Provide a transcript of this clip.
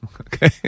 Okay